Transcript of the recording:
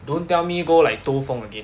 don't tell me go like 兜风 again